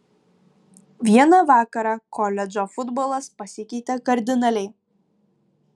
vieną vakarą koledžo futbolas pasikeitė kardinaliai